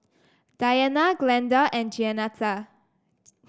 Diana Glenda and Jeanetta